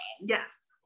yes